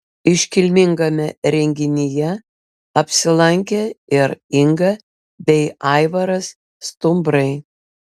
iškilmingame renginyje apsilankė ir inga bei aivaras stumbrai